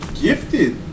Gifted